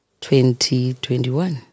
2021